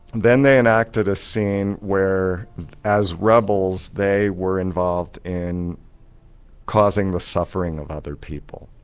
then they enacted a scene where as rebels they were involved in causing the suffering of other people.